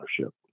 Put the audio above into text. ownership